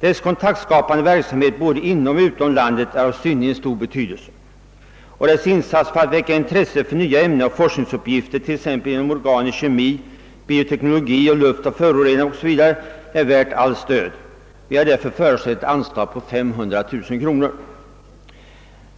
Dess kontaktskapande verksamhet både inom och utom landet är av synnerligen stor betydelse och dess insatser för att väcka intresse för nya ämnen och forskningsuppgifter, t.ex. beträffande organisk kemi, bioteknologi, luftoch vattenföroreningar, är värda allt stöd. Vi har därför föreslagit ett anslag på 500 000 kronor.